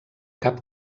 cap